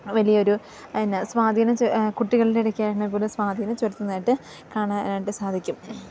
വലിയൊരു എന്നാ സ്വാധീനിച്ച് കുട്ടികളുടെ ഇടയ്ക്കാണെൽ പോലും സ്വാധീനം ചെലുത്തുന്നതായിട്ട് കാണാനായിട്ട് സാധിക്കും